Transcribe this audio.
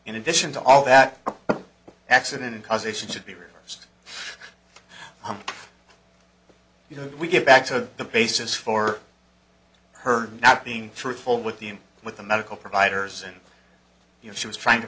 in addition to all that accident because it should be reversed you know we get back to the basis for her not being truthful with the him with the medical providers and you know she was trying to